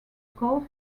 golf